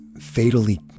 fatally